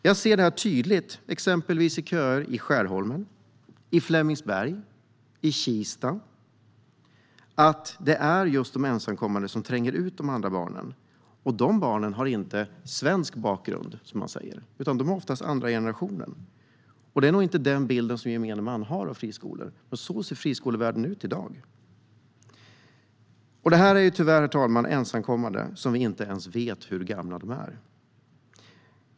Jag ser detta tydligt exempelvis i köer i Skärholmen, Flemingsberg och Kista. Det är just de ensamkommande som tränger ut de andra barnen, och de barnen har inte svensk bakgrund, som man säger, utan det är ofta andra generationens invandrare. Det är nog inte den bilden som gemene man har av friskolor, men så ser friskolevärlden ut i dag. Detta är tyvärr, herr talman, ensamkommande som vi inte ens vet hur gamla de är.